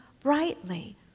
brightly